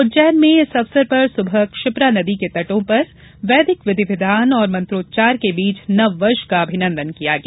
उज्जैन में इस अवसर पर सुबह शिप्रा नदी के तटों पर वैदिक विधिविधान और मंत्रोच्चार के बीच नववर्ष का अभिनन्दन किया गया